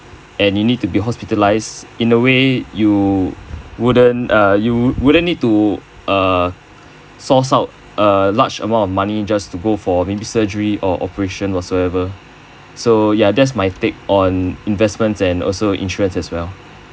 and you need to be hospitalised in a way you wouldn't uh you wouldn't need to err source out a large amount of money just to go for maybe surgery or operation whatsoever so ya that's my take on investments and also insurance as well